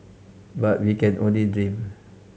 but we can only dream